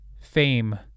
fame